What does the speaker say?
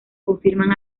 confirman